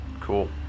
Cool